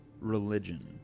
religion